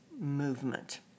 movement